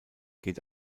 geht